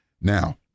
Now